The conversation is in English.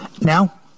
Now